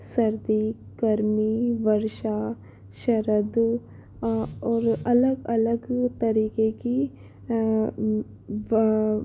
सर्दी गर्मी वर्षा शरद और अलग अलग तरीके की